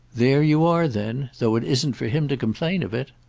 there you are then though it isn't for him to complain of it!